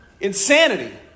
insanity